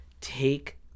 take